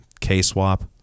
K-Swap